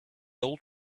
old